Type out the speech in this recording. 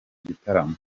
gitaramo